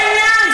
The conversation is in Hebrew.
זה בדיוק העניין.